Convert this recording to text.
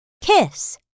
kiss